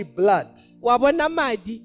blood